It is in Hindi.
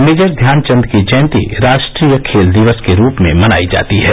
मेजर ध्यानचन्द की जयंती राष्ट्रीय खेल दिवस के रूप में मनाई जाती है